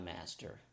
master